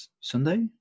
Sunday